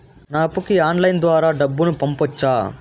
నా అప్పుకి ఆన్లైన్ ద్వారా డబ్బును పంపొచ్చా